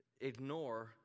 ignore